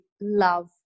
love